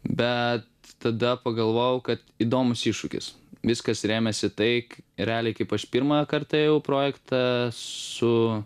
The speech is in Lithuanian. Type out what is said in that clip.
bet tada pagalvojau kad įdomus iššūkis viskas remiasi į tai k realiai kaip aš pirmą kartą ėjau į projektą su